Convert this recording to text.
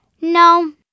No